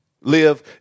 Live